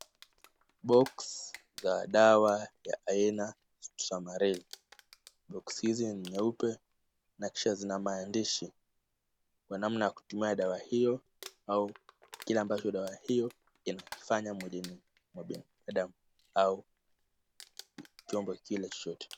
Box za dawa ya aina Stamaril. Box hizi ni nyeupe na kisha zina maandishi ya namna ya kutumia dawa hiyo au kile ambacho dawa hiyo inakifanya mwilini wa binadamu au chombo kile chochote.